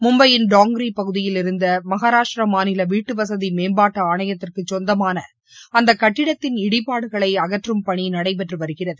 மும்பையின் டோங்கிரி பகுதியில் இருந்த மகாராஷ்டிரா மாநில வீட்டுவசதி மேம்பாட்டு ஆணையத்துக்கு சொந்தமான அந்த கட்டிடத்தின் இடிபாடுகளை அகற்றும் பணி நடைபெற்று வருகிறது